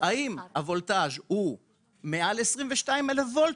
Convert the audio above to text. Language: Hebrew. האם הולטאז' הוא מעל 22,000 ולט?